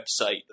website